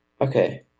Okay